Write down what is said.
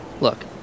Look